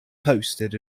posted